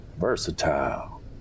Versatile